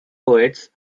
poets